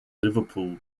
liverpool